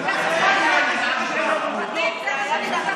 אני בעד חמד,